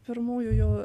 pirmųjų jau